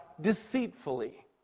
deceitfully